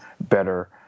better